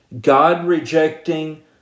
God-rejecting